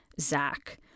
Zach